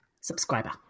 subscriber